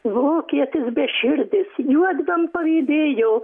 vokietis beširdis juodviem pavydėjo